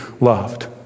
loved